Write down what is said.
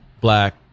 black